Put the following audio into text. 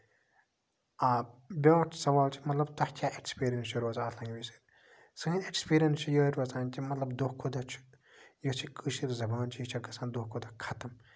آ بیاکھ سَوال چھُ مطلب تَتھ چھِ ایٚکٕسپیرینٕس چھُ روزان اَتھ لینٛگوج سٲنۍ ایٚکٕسپیرینٕس چھِ یِہے روزان کہِ دۄہ کھۄتہٕ دۄہ چھُ یۄس یہِ کٲشِر زَبان چھِ یہِ چھِ گژھان دۄہ کھۄتہٕ دۄہ خَتٕم